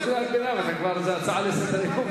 זו לא קריאת ביניים, זו כבר הצעה לסדר-היום.